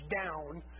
down